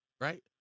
right